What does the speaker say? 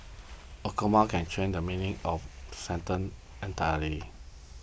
a comma can change the meaning of a sentence entirely